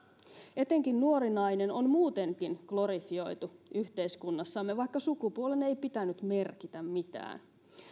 etenkin nuori nainen on muutenkin glorifioitu yhteiskunnassamme vaikka sukupuolen ei pitänyt merkitä mitään